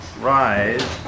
rise